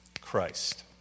Christ